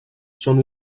són